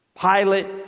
Pilate